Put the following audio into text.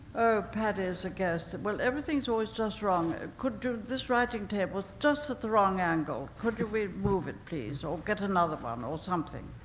oh, paddy as a guest. well, everything's always just wrong. could you, this writing table's just at the wrong angle, could you move it please? or get another one, or something.